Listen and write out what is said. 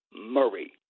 Murray